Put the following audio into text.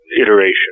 iteration